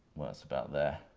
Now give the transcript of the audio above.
well, that's about there.